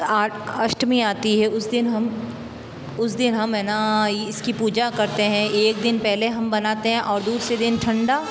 अष्टमी आती है उस दिन हम उस दिन हम हैं ना इसकी पूजा करते हैं एक दिन पहले हम बनाते हैं और दूसरे दिन ठंडा